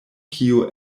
kio